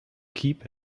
keep